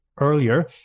earlier